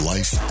Life